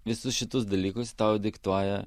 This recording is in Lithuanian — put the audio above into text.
visus šitus dalykus tau diktuoja